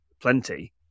plenty